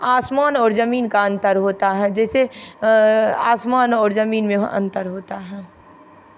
आसमान और ज़मीन का अंतर होता है जैसे आसमान और ज़मीन में अंतर होता है